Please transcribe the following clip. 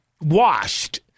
washed